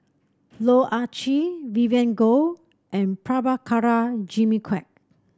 Loh Ah Chee Vivien Goh and Prabhakara Jimmy Quek